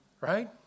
Right